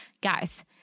guys